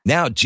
Now